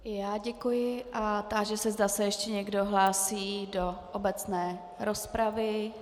I já děkuji a táži se, zda se ještě někdo hlásí do obecné rozpravy.